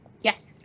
Yes